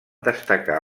destacar